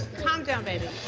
calm down, baby.